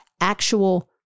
actual